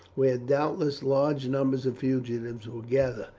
where doubtless large numbers of fugitives will gather,